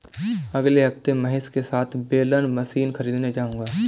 अगले हफ्ते महेश के साथ बेलर मशीन खरीदने जाऊंगा